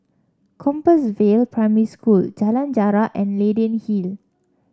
Compassvale Primary School Jalan Jarak and Leyden Hill